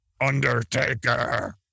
Undertaker